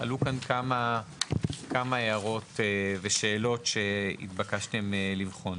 עלו כאן כמה הערות ושאלות שהתבקשתם לבחון.